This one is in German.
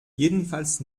jedenfalls